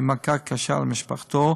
היא מכה קשה למשפחתו,